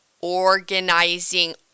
organizing